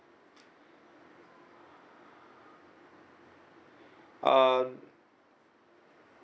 uh